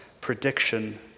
prediction